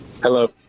Hello